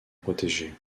protégée